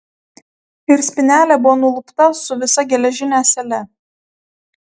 ir spynelė buvo nulupta su visa geležine ąsele